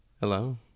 Hello